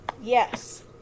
Yes